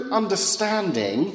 understanding